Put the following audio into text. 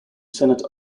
senate